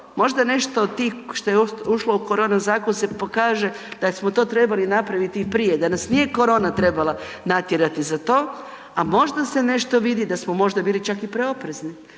možda nešto od tih što je ušlo u korona zakon se pokaže da smo to trebali napraviti i prije, da nas nije korona trebala natjerati za to, a možda se nešto vidi da smo možda bili čak i preoprezni,